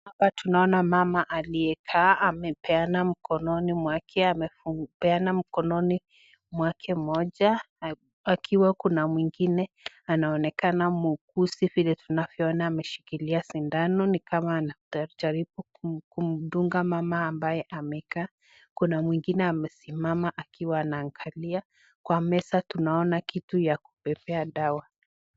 Hapa tunaona mama aliyekaa amepeana mkononi mwake amepeana mkononi mwake mmoja akiwa na mwingine anaonekana muuguzi. Vile tunavyoona ameshikilia sindano ni kama anajaribu kumdunga mama ambaye amekaa kuna mwingine amesimama akiwa anaangalia, kwa meza tunaona kitu ya kubebea dawa.